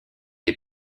est